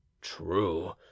True